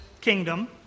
kingdom